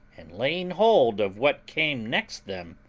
and laying hold of what came next them,